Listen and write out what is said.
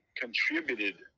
contributed